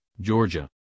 georgia